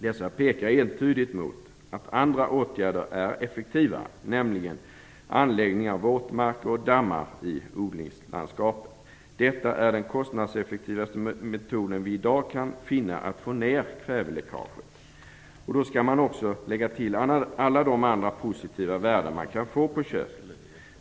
Dessa pekar entydigt mot att andra åtgärder är effektivare, nämligen anläggningen av våtmarker och dammar i odlingslandskapet. Detta är den kostnadseffektivaste metod som vi i dag kan finna för att få ned kväveläckaget. Och då skall man också lägga till alla de andra positiva värden som man kan få på köpet.